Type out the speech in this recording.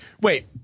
Wait